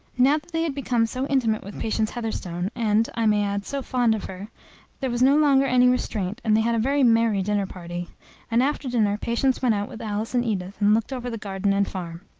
now that they had become so intimate with patience heatherstone and, i may add, so fond of her there was no longer any restraint, and they had a very merry dinner party and after dinner, patience went out with alice and edith, and looked over the garden and farm.